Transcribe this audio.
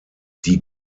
die